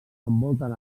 envolten